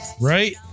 right